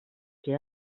que